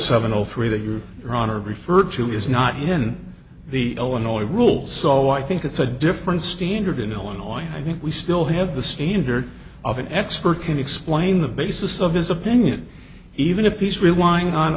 seven zero three that you are on a referred to is not in the illinois rule so i think it's a different standard in illinois and i think we still have the standard of an expert can explain the basis of his opinion even if he's relying on